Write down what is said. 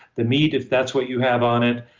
the meat, if that's what you have on it,